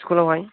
स्टुलावहाय